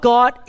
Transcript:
God